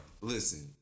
Listen